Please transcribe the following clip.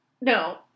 no